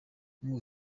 ngo